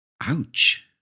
Ouch